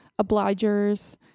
obligers